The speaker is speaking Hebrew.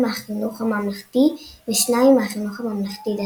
מהחינוך הממלכתי ושניים מהחינוך הממלכתי דתי.